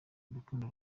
urukundo